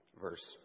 verse